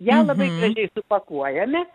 ją labai gražiai supakuojame